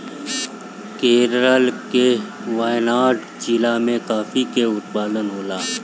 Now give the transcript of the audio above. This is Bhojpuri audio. केरल के वायनाड जिला में काफी के उत्पादन होला